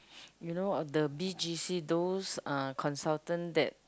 you know the B_G_C those uh consultant that